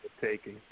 taking